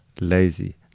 lazy